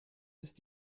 ist